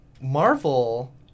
Marvel